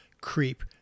creep